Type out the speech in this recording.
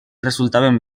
resultaven